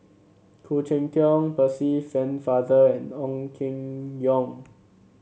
Khoo Cheng Tiong Percy Pennefather and Ong Keng Yong